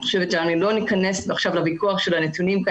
ניכנס שוב לוויכוח על נתונים.